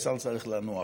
והשר צריך לנוח.